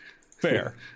Fair